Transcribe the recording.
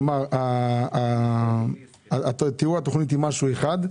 כלומר תיאור התוכנית היא משהו אחד,